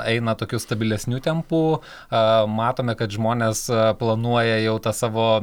eina tokiu stabilesniu tempu matome kad žmonės planuoja jau tą savo